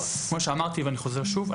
כמו שאמרתי ואני חוזר שוב,